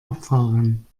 abfahren